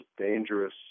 dangerous